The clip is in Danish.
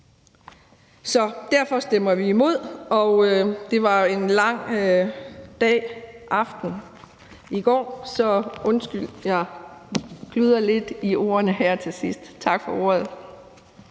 Så derfor stemmer vi imod. Det var jo en lang dag og aften i går, så undskyld at jeg kludrer lidt i ordene her til sidst. Tak for ordet.